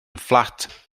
fflat